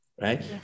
right